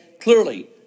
clearly